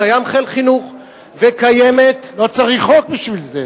קיים חיל חינוך וקיימת, לא צריך חוק בשביל זה.